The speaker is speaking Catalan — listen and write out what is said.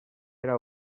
era